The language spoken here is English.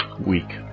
week